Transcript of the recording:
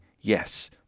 yes